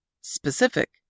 Specific